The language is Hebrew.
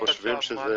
בבקשה,